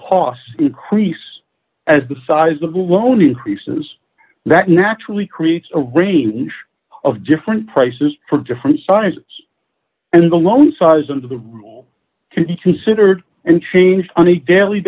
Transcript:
costs increase as the size of the loan increases that naturally creates a range of different prices for different sizes and the loan size of the rule can be considered and changed on a daily